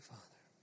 Father